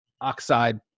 oxide